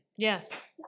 Yes